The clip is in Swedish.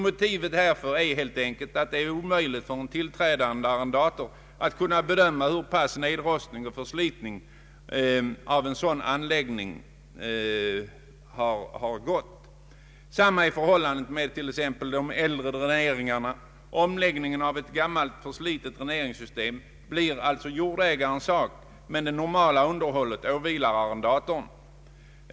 Motivet härför är helt enkelt att det är omöjligt för en tillträdande arrendator att bedöma hur pass långt nedrostningen och förslitningen på en sådan anläggning gått. Detsamma är förhållandet med äldre dräneringar. Omläggningen av ett gammalt förslitet dräneringssystem blir det alltså jordägarens sak att ordna, men det normala underhållet åvilar arrendatorn.